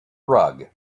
rug